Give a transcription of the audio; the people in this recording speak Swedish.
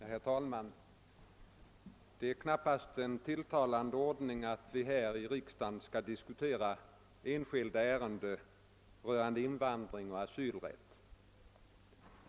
Herr talman! Det är knappast en tilltalande ordning att vi här i riksdagen skall diskutera enskilda ärenden som rör invandring och asylrätt.